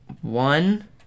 one